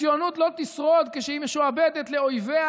הציונות לא תשרוד כשהיא משועבדת לאויביה,